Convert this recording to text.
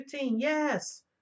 Yes